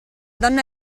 donna